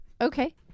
Okay